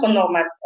normal